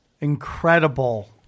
incredible